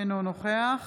אינו נוכח